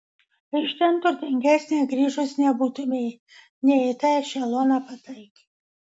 iš ten turtingesnė grįžus nebūtumei ne į tą ešeloną pataikei